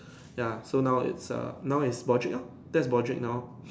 ya so now it's err now is Broadrick lor that is Broadrick now lor